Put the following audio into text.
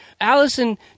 Allison